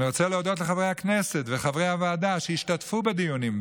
אני רוצה להודות לחברי הכנסת וחברי הוועדה שהשתתפו בדיונים,